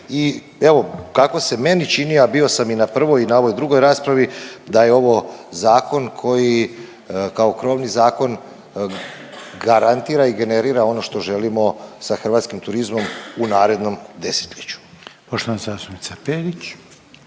I evo kako se meni čini, a bio sam i na prvoj i na ovoj drugoj raspravi, da je ovo zakon koji, kao krovni zakon garantira i generira ono što želimo sa hrvatskim turizmom u narednom 10-ljeću. **Reiner,